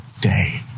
day